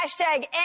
Hashtag